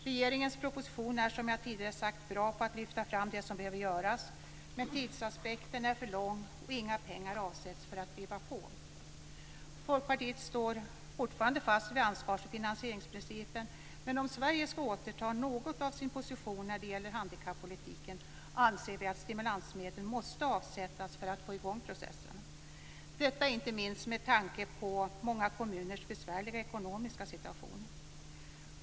Regeringens proposition är som jag tidigare sagt bra på att lyfta fram det som behöver göras, men tidsaspekten är för lång och inga pengar avsätts för att driva på. Folkpartiet står fortfarande fast vid ansvars och finansieringsprincipen, men om Sverige ska återta något av sin position när det gäller handikappolitiken anser vi att stimulansmedel måste avsättas för att få i gång processen - detta inte minst med tanke på många kommuners besvärliga ekonomiska situation.